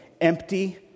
Empty